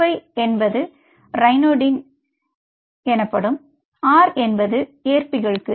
RY என்பது ryanodine R என்பது ஏற்பிகளுக்கு